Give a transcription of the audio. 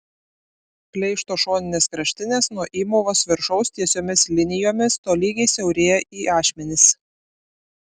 pleišto šoninės kraštinės nuo įmovos viršaus tiesiomis linijomis tolygiai siaurėja į ašmenis